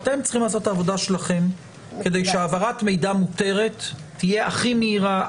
אתם צריכים לעשות את העבודה שלכם כדי שהעברת מידע מותרת תהיה הכי מהירה,